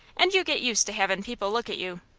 and you get used to havin' people look at you.